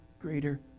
greater